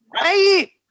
right